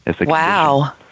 Wow